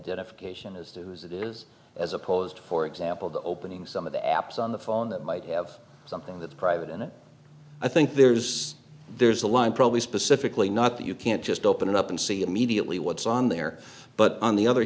efficacious to use it is as opposed to for example the opening some of the apps on the phone that might have something that private and i think there's there's a line probably specifically not that you can't just open it up and see immediately what's on there but on the other